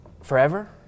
forever